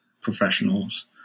professionals